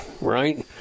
right